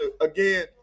again